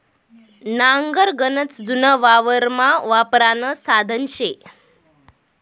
नांगर गनच जुनं वावरमा वापरानं साधन शे